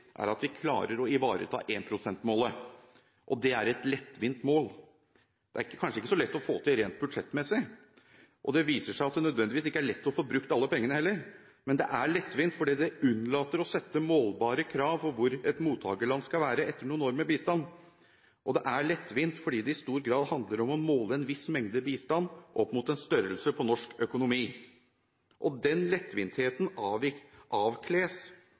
er at vi klarer å ivareta 1 pst.-målet. Det er et lettvint mål. Det er kanskje ikke så lett å få til rent budsjettmessig, og det viser seg at det ikke nødvendigvis er lett å få brukt alle pengene heller. Men det er lettvint fordi det unnlater å sette målbare krav for hvor et mottagerland skal være etter noen år med bistand, og det er lettvint fordi det i stor grad handler om å måle en viss mengde bistand opp mot en størrelse på norsk økonomi. Den lettvintheten avkles